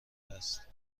است